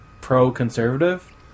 pro-conservative